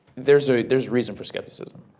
there's ah there's reason for skepticism.